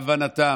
להבנתם.